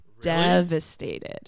devastated